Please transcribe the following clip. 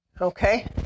Okay